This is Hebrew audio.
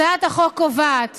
הצעת החוק קובעת